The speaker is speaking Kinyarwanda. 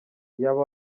iyaba